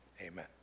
Amen